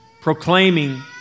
proclaiming